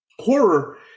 Horror